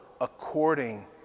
according